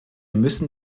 müssen